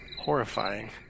horrifying